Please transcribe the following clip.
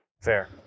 Fair